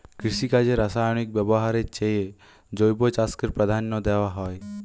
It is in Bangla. কৃষিকাজে রাসায়নিক ব্যবহারের চেয়ে জৈব চাষকে প্রাধান্য দেওয়া হয়